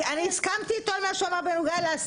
אני הסכמתי איתו על מה שהוא אמר בנוגע לאסירים.